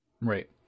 Right